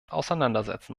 auseinandersetzen